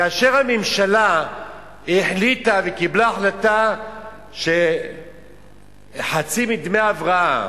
כאשר הממשלה החליטה וקיבלה החלטה שחצי מדמי ההבראה